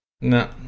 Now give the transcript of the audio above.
No